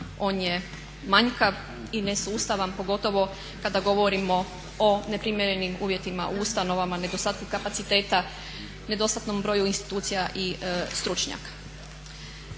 On je manjkav i nesustavan pogotovo kada govorimo o neprimjerenim uvjetima u ustanovama, nedostatak kapaciteta, nedostatnom broju institucija i stručnjaka.